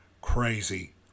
crazy